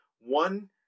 one